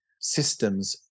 systems